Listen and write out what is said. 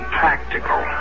practical